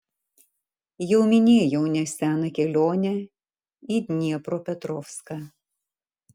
jau minėjau neseną kelionę į dniepropetrovską